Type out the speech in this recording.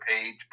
page